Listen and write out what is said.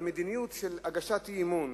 המדיניות של הגשת הצעות אי-אמון